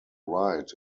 right